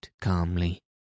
calmly